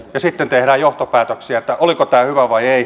ja sitten tehdään johtopäätöksiä oliko tämä hyvä vai ei